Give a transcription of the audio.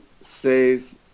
says